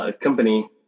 company